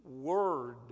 word